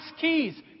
keys